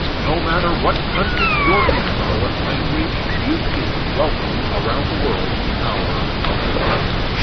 no matter what country you're in, or what language you speak welcome, around the world, to the hour of the time.